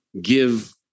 give